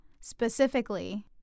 specifically